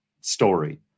story